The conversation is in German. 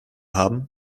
haben